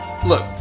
Look